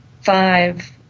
Five